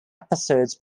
episodes